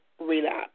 relapse